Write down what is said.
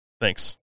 Thanks